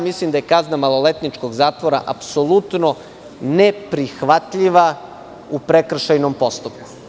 Mislim, da je kazna maloletničkog zatvora apsolutno neprihvatljiva u prekršajnom postupku.